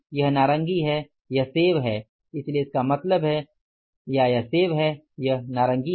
यह नारंगी है यह सेब है इसलिए इसका मतलब है या यह सेब है यह नारंगी है